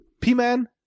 P-Man